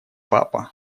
папа